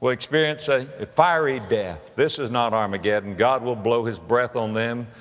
will experience a, a fiery death. this is not armageddon. god will blow his breath on them,